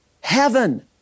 heaven